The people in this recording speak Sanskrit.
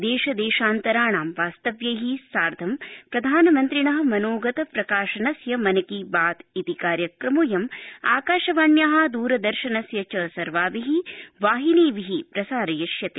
देशदेशान्तराणां वास्तव्यै साधं प्रधानमन्त्रिण मनोगत प्रकाशनस्य मन की बात कार्यक्रमोऽयं आकाशवाण्या दरदर्शनस्य च सर्वाभि वाहिनीभि प्रसारयिष्यते